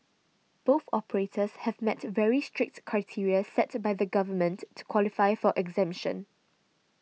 both operators have met very strict criteria set by the government to qualify for exemption